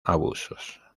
abusos